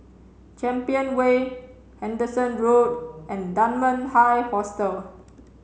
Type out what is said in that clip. Champion Way Henderson Road and Dunman High Hostel